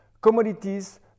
commodities